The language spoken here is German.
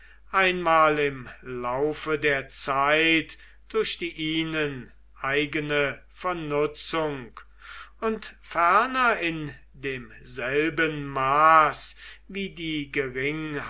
einmal im laufe der zeit durch die ihnen eigene vernutzung und ferner in demselben maß wie die